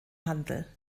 handel